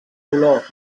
dolor